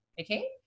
Okay